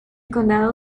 condado